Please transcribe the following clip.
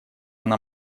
она